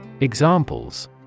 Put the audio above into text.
Examples